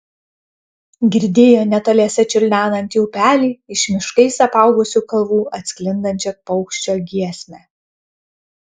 girdėjo netoliese čiurlenantį upelį iš miškais apaugusių kalvų atsklindančią paukščio giesmę